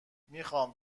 میخام